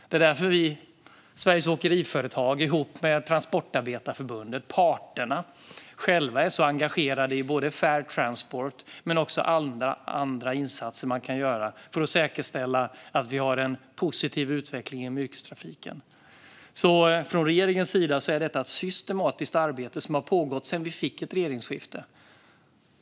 Det är därför Sveriges Åkeriföretag ihop med Transportarbetareförbundet, parterna själva, är så engagerade i både Fair Transport och alla andra insatser som säkerställer en positiv utveckling inom yrkestrafiken. Från regeringens sida är detta ett systematiskt arbete som har pågått sedan vi fick ett regeringsskifte.